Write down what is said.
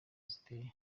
ziteye